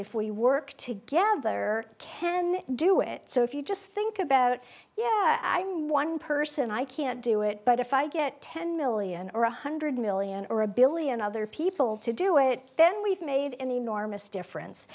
if we work together can do it so if you just think about yeah i'm one person i can't do it but if i get ten million or one hundred million or a billion other people to do it then we've made an enormous difference